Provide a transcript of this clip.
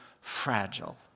fragile